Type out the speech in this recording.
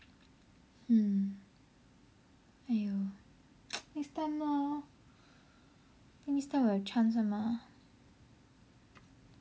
mm !aiyo! next time lor think next time will have chance one lah